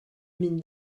mynd